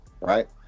right